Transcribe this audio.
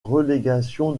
relégation